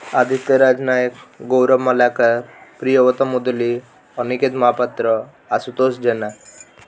Aditya Rajnayak Gaurav Malakar Priyabrata Muduli Aniket Mahapatra Ashutosh Jena